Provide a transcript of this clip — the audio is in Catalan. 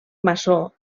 maçó